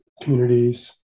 communities